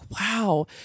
wow